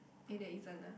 eh there isn't ah